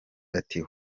ati